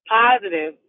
positive